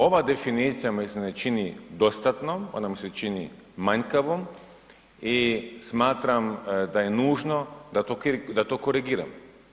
Ova definicija mi se ne čini dostatnom, ona mi se čini manjkavom i smatram da je nužno da to korigiramo.